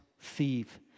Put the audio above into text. thief